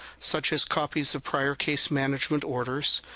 such as copies of prior case management orders,